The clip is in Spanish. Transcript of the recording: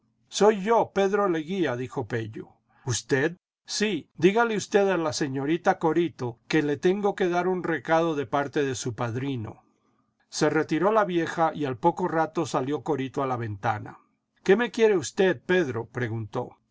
soy yo pedro leguía dijo pello usted sí dígale usted a la señorita corito que le tengo que dar un recado de parte de su padrino se retiró la vieja y al poco rato salió corito a la ventana íqué me quiere usted pedro preguntó